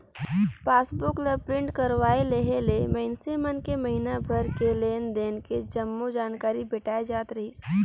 passbook ला print करवाये लेहे ले मइनसे मन के महिना भर के लेन देन के जम्मो जानकारी भेटाय जात रहीस